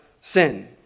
sin